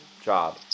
job